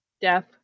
death